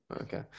Okay